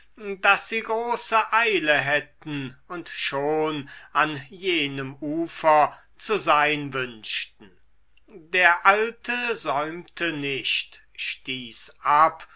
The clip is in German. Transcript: daß sie große eile hätten und schon an jenem ufer zu sein wünschten der alte säumte nicht stieß ab